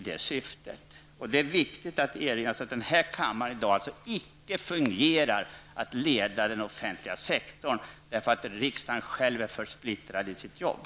Det är viktigt att förstå att kammaren icke fungerar när det gäller att leda den offentliga sektorn, därför att riksdagen själv är för splittrad i sitt jobb.